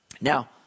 Now